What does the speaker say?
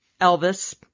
Elvis